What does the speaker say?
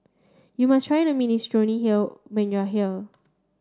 you must try the Minestrone hill when you are here